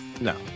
No